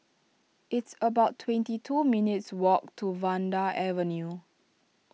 it's about twenty two minutes' walk to Vanda Avenue